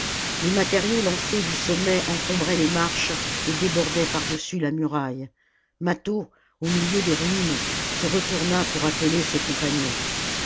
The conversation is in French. les matériaux lancés du sommet encombraient les marches et débordaient par-dessus la muraille mâtho au milieu des ruines se retourna pour appeler ses compagnons